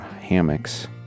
hammocks